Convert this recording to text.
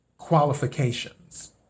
Qualifications